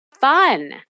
fun